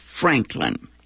Franklin